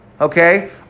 Okay